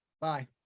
Bye